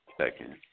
second